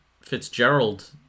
fitzgerald